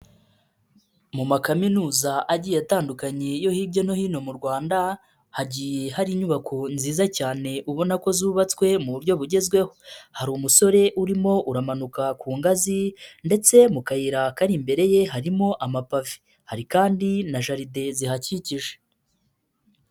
Mu makaminuza agiye atandukanye yo hirya no hino mu Rwanda hagiye hari inyubako nziza cyane ubona ko zubatswe mu buryo bugezweho, hari umusore urimo uramanuka ku ngazi ndetse mu kayira kari imbere ye harimo amapave, hari kandi na jaride zihakikije.